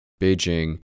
Beijing